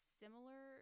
similar